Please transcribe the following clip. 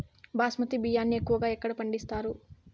బాస్మతి బియ్యాన్ని ఎక్కువగా ఎక్కడ పండిస్తారు?